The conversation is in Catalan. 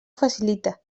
facilita